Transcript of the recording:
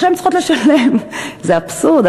זה אבסורד,